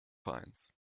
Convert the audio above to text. vereins